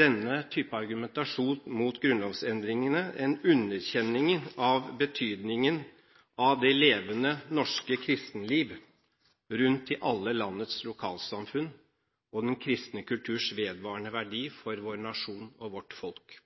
denne type argumentasjon mot grunnlovsendringene en underkjenning av betydningen av det levende norske kristenlivet rundt i alle landets lokalsamfunn og den kristne kulturs vedvarende verdi for nasjonen og vårt folk.